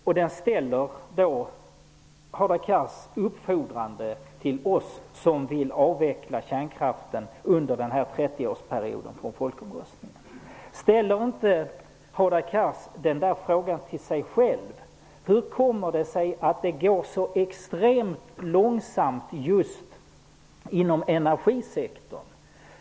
Hadar Cars ställer uppfordrande den frågan till oss som vill avveckla kärnkraften under en 30-årsperiod från folkomröstningen. Ställer inte Hadar Cars frågan till sig själv? Hur kommer det sig att det går så extremt långsamt inom energisektorn?